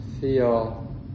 feel